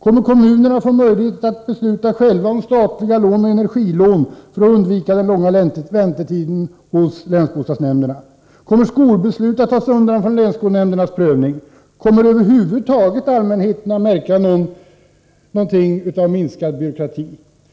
Kommer kommunerna att få möjlighet att själva besluta om statliga lån och energilån för att undvika den långa väntetiden hos länsbostadsnämnderna? Kommer skolbeslut att tas undan från länsskolnämndernas prövning? Kommer över huvud taget allmänheten att märka något av minskad byråkrati?